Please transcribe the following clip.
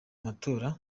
matora